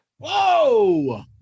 Whoa